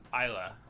Isla